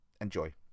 Enjoy